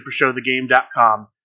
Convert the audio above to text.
Supershowthegame.com